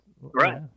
Right